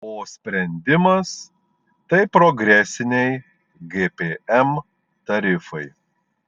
o sprendimas tai progresiniai gpm tarifai